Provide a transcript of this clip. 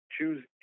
Choose